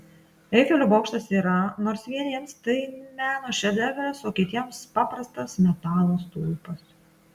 eifelio bokštas yra nors vieniems tai meno šedevras o kitiems paprastas metalo stulpas